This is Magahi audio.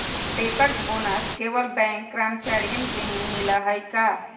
बैंकर्स बोनस केवल बैंक कर्मचारियन के ही मिला हई का?